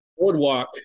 boardwalk